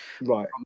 right